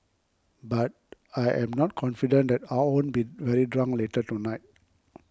but I'm not confident that I won't be very drunk later tonight